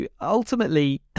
ultimately